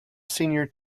senior